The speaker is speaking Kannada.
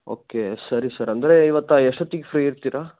ಓಕೆ ಸರಿ ಸರ್ ಅಂದರೆ ಇವತ್ತ ಎಷ್ಟೊತ್ತಿಗೆ ಫ್ರೀ ಇರ್ತೀರಾ